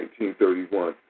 1931